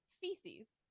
feces